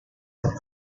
have